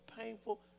painful